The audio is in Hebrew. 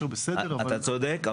אתה צודק.